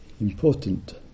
important